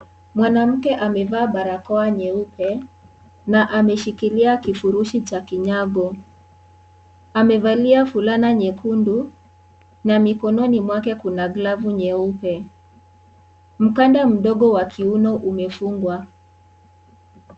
Mwanamke amevaa barakoa nyeupe na ameshikilia kufurushi cha kinyago amevalia fulana nyekundu na mikononi mwake kuna glavu nyeupe, mkanda mdogo wa kiuno umefungwa.